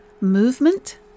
movement